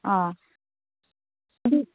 ꯑꯪ ꯑꯗꯨ